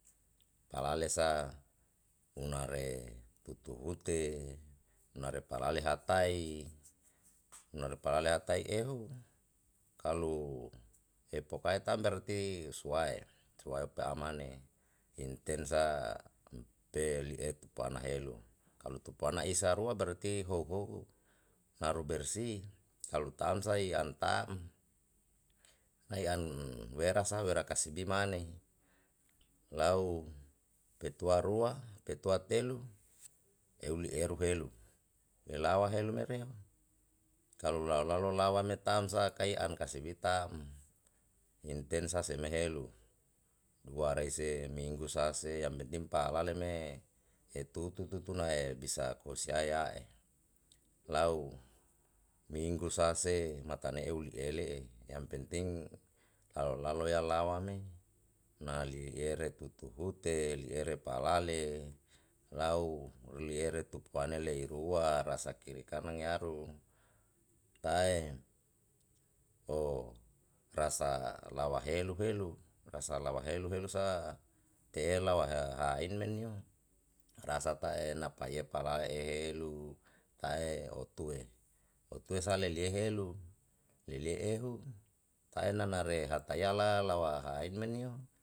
Palale sa una re tutu rute una re palale tai unare palale ha tai ehu kalu epokae tam berati usuwae usuwae pe amane inten sa pe li etu pana helu kalu tupana isa rua berati hou hou naru bersih kalu tam sa ei an taa'm nae an werasa wera kasibi mane lau petua rua petua telu eu li eru helu elawa helu mereo kalu lalo lalo lawa me tamsa kae an kasibi taa'm intensa seme helu lua rei se minggu sa se yang penting pa'a lale me e tu tu tu tuna e bisa kos yayae lau minggu sa se mata ne eu liele'e yang penting lalo lalo ya lawa me na lie ere tutu hute liere palale lau liere tupuane leirua rasa kiri kanan yaru tae o rasa lawa helu helu rasa lawa helu sate'elawa ha ha ein menio rasa tae napa ye palae ehelu kae otue otue sa lelie lelie ehu tae nanare hatayala lawa haein menio.